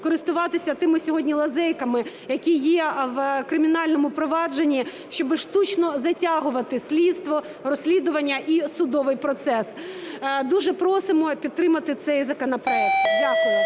користуватися тими сьогодні лазейкамии, які є в кримінальному провадженні, щоби штучно затягувати слідство, розслідування і судовий процес. Дуже просимо підтримати цей законопроект. Дякую.